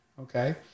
okay